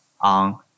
on